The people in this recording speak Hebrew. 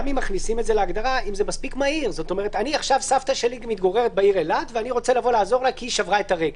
כי שברה את הרגל.